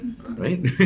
right